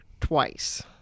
twice